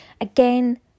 Again